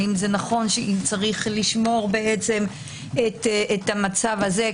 האם נכון שאם צריך לשמור את המצב הזה,